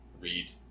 read